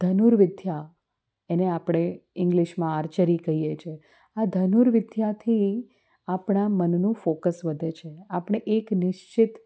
ધનુર વિદ્યા એને આપણે ઇંગ્લિશમાં આર્ચરી કહીએ છીએ આ ધનુર વિદ્યાથી આપણાં મનનું ફોકસ વધે છે આપણે એક નિશ્ચિત